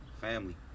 family